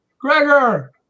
Gregor